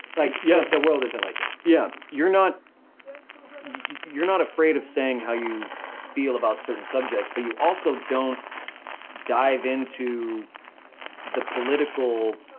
like yeah the world isn't like that. yeah. you're not you're not afraid of saying how you feel about certain subjects but you also don't dive into the political